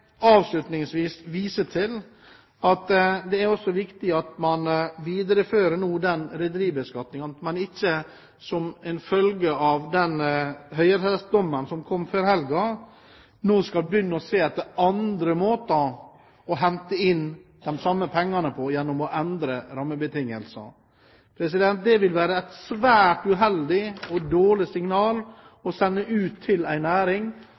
at det også er viktig at man viderefører rederibeskatningen, at man ikke nå – som en følge av høyesterettsdommen som kom før helgen – begynner å se etter andre måter å hente inn de samme pengene på, gjennom å endre rammebetingelsene. Det ville være et svært uheldig og dårlig signal å sende ut til en næring